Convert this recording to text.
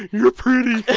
you're pretty